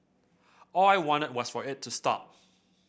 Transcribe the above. all I wanted was for it to stop